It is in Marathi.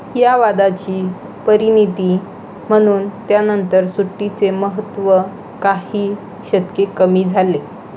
या वादाची परिणती म्हणून त्यानंतर सुटीचे महत्त्व काही शतके कमी झाले